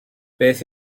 beth